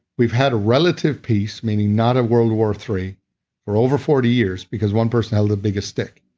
we've had relative peace meaning not a world war three for over forty years because one person held the biggest stick.